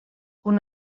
una